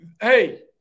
hey